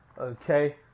Okay